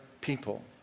people